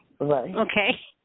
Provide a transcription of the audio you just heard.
Okay